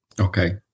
Okay